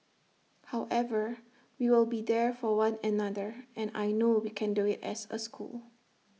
however we will be there for one another and I know we can do IT as A school